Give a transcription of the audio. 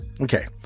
Okay